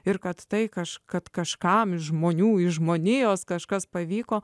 ir kad tai kažkas kažkam iš žmonių iš žmonijos kažkas pavyko